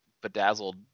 bedazzled